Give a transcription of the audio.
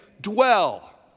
Dwell